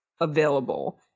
available